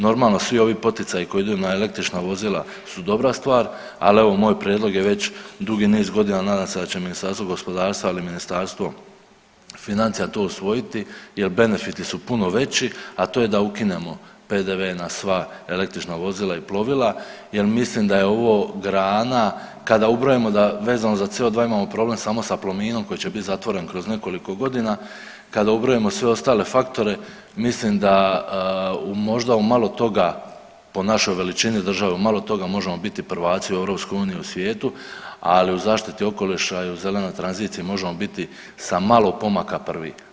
Normalno svi ovi poticaji koji idu na električna vozila su dobra stvar, ali evo moj prijedlog je već dugi niz godina, nadam se da će Ministarstvo gospodarstva ali i Ministarstvo financija to usvojiti jer benefiti su puno veći, a to je da ukinemo PDV na sva električna vozila i plovila jer mislim da je ovo grana kada ubrojimo vezano za CO2 imamo problem samo sa Plominom koji će biti zatvoren kroz nekoliko godina kada ubrojimo sve ostale faktore, mislim da možda u malo toga po našoj veličini, države malo toga možemo biti prvaci u EU i svijetu, ali u zaštiti okoliša i zelenoj tranziciji možemo biti sa malo pomaka prvi.